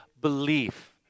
belief